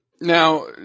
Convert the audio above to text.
Now